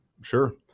Sure